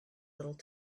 little